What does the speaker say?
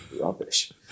Rubbish